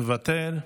מוותר.